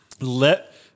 let